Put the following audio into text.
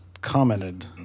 commented